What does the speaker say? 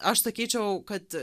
aš sakyčiau kad